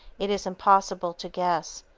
it is impossible to guess,